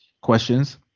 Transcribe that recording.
questions